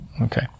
Okay